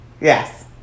Yes